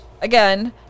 again